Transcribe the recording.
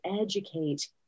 educate